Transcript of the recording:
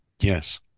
Yes